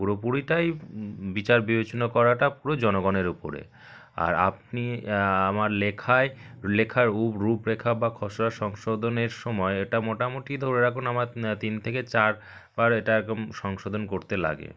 পুরোপুরিটাই বিচার বিবেচনা করাটা পুরো জনগণের উপরে আর আপনি আমার লেখায় লেখার রূপরেখা বা খসড়া সংশোথনের সময় এটা মোটামুটি ধরে রাখুন আমার তিন থেকে চার বার এটা এখন সংশোধন করতে লাগে